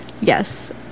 yes